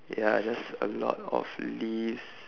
ya just a lot of leaves